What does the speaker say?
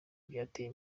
byateye